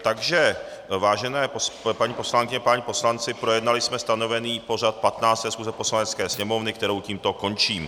Takže vážené paní poslankyně, páni poslanci, projednali jsme stanovený pořad 15. schůze Poslanecké sněmovny, kterou tímto končím.